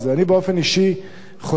אני באופן אישי חושב,